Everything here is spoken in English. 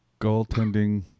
Goaltending